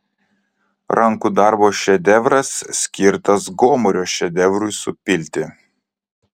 rankų darbo šedevras skirtas gomurio šedevrui supilti